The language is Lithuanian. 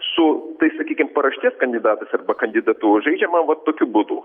su tais sakykim paraštės kandidatais arba kandidatu žaidžiama va tokiu būdu